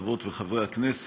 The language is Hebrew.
חברות וחברי הכנסת,